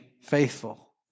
faithful